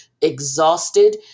exhausted